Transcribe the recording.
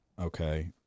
Okay